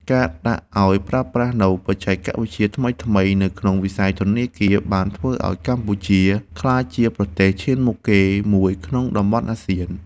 ការដាក់ឱ្យប្រើប្រាស់នូវបច្ចេកវិទ្យាថ្មីៗនៅក្នុងវិស័យធនាគារបានធ្វើឱ្យកម្ពុជាក្លាយជាប្រទេសឈានមុខគេមួយក្នុងតំបន់អាស៊ាន។